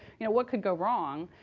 you know, what could go wrong?